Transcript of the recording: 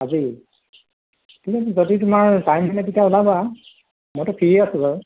আজি ঠিক আছে যদি তোমাৰ টাইম মিলে তেতিয়া ওলাবা মইটো ফ্ৰীয়ে আছোঁ বাৰু